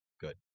good